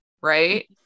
right